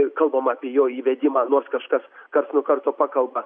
kalbam apie jo įvedimą nors kažkas karts nuo karto pakalba